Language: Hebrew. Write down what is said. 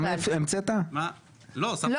זה